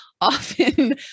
often